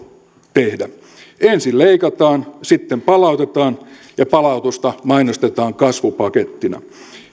tehdä ensin leikataan sitten palautetaan ja palautusta mainostetaan kasvupakettina